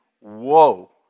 Whoa